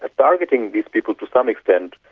ah targeting these people to some extent,